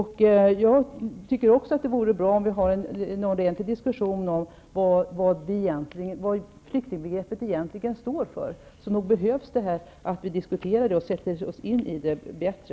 Jag tycker också att det vore bra om vi kunde ha en ordentlig diskussion om vad flyktingbegreppet egentligen står för. Nog behöver vi diskutera frågan och sätta oss in i den bättre.